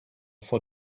for